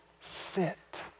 sit